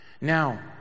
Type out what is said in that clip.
Now